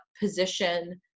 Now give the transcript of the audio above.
position